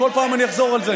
כל פעם אני אחזור על זה.